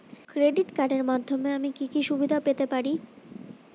Credit কার্ডের মাধ্যমে আমি কি কি সুবিধা পেতে পারি?